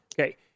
Okay